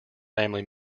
family